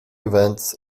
events